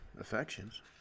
affections